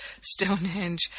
Stonehenge